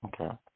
Okay